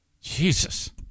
Jesus